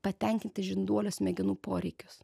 patenkinti žinduolio smegenų poreikius